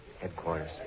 Headquarters